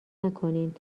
نکنین